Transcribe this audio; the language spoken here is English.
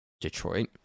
Detroit